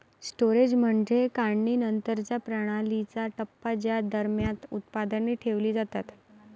storage म्हणजे काढणीनंतरच्या प्रणालीचा टप्पा ज्या दरम्यान उत्पादने ठेवली जातात